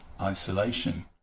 isolation